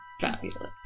Fabulous